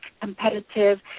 competitive